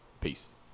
Peace